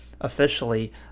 officially